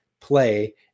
play